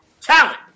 Talent